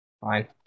Fine